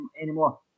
anymore